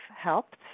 helped